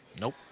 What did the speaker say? Nope